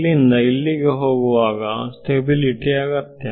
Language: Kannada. ಇಲ್ಲಿಂದ ಇಲ್ಲಿಗೆ ಹೋಗುವಾಗ ಸ್ಟೆಬಿಲಿಟಿ ಅಗತ್ಯ